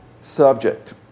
subject